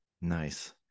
Nice